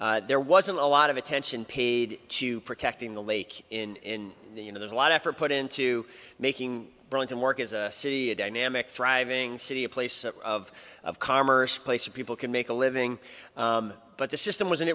years there wasn't a lot of attention paid to protecting the lake in the you know there's a lot of effort put into making bronze and work as a city a dynamic thriving city a place of of commerce place where people can make a living but the system wasn't